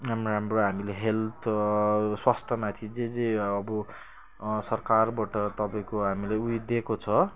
राम्रो राम्रो हामीले हेल्थ स्वास्थमाथि जे जे अब सरकारबाट तपाईँको हामीले ऊ यो दिएको छ